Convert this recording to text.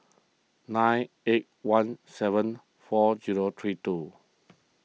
nine eight one seven four zero three two